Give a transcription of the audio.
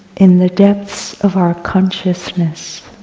in the depths of our consciousness.